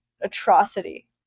atrocity